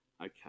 Okay